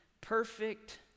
Perfect